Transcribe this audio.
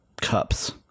cups